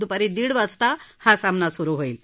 दुपारी दीड वाजता हा सामना सुरु होईल